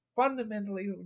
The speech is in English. fundamentally